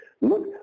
Look